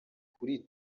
kuri